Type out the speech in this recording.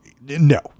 No